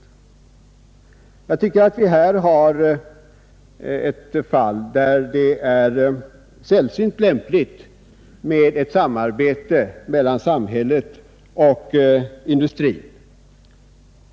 Jag tycker att vi här har ett fall, där det är sällsynt lämpligt med ett samarbete mellan samhället och industrin.